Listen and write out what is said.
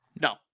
No